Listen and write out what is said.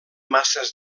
masses